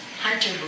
hunter